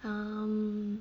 um